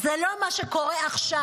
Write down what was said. זה לא מה שקורה עכשיו.